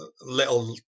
Little